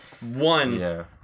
One